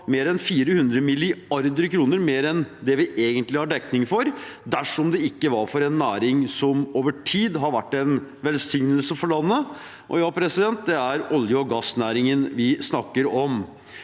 mer enn 400 mrd. kr mer enn det vi egentlig har dekning for, dersom det ikke var for en næring som over tid har vært en velsignelse for landet. Og ja, det er olje- og gassnæringen vi snakker om.